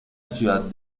ciudad